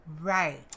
Right